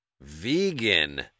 vegan